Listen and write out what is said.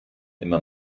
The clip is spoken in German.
immer